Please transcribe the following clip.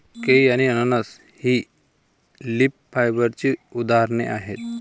केळी आणि अननस ही लीफ फायबरची उदाहरणे आहेत